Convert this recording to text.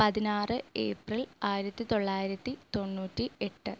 പതിനാറ് ഏപ്രില് ആയിരത്തി തൊള്ളായിരത്തി തൊണ്ണൂറ്റി എട്ട്